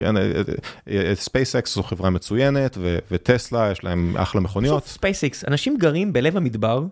ספייסקס זו חברה מצוינת וטסלה יש להם אחלה מכוניות ספייסקס אנשים גרים בלב המדבר.